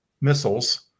missiles